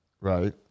right